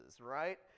right